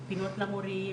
אין פינות למורים,